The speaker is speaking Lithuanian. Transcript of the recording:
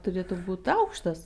turėtų būt aukštas